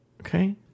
Okay